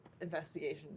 investigation